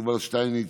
יובל שטייניץ,